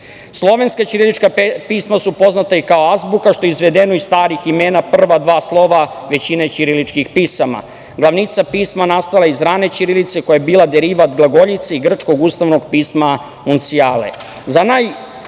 Sirmijumu. Slovenska ćirilična pisma su poznata i kao azbuka što je izvedeno iz starih imena prva dva slova većine ćiriličnih pisama. Glavnica pisma nastala iz rane ćirilice koja je bila derivat glagoljice i grčkog ustavnog pisma – uncijale.Za